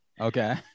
Okay